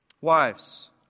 Wives